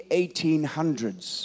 1800s